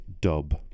dub